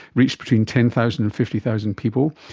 reached between ten thousand and fifty thousand people,